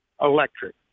electric